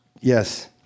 Yes